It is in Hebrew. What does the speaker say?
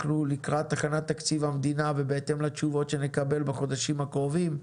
אנחנו לקראת הכנת תקציב המדינה ובהתאם לתשובות שנקבל בחודשים הקרובים,